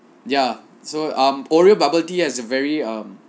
ya so um oreo bubble tea has a very um